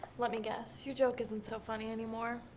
lemme guess, your joke isn't so funny anymore?